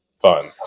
fun